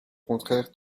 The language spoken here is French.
contraire